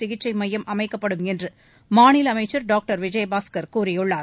சிகிச்சை மையம் அமைக்கப்படும் என்று மாநில அமைச்சர் டாக்டர் விற்யபாஸ்கர் கூறியுள்ளார்